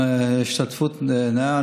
גם השתתפות מלאה.